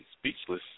speechless